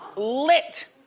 lit,